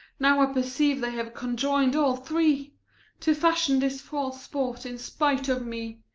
now i perceive they have conjoin'd all three to fashion this false sport in spite of me.